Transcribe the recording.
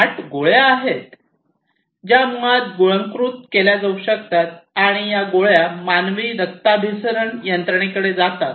smart गोळ्या आहेत ज्या मुळात गिळंकृत केल्या जाऊ शकतात आणि या गोळ्या मानवी रक्ताभिसरण यंत्रणेकडे जातात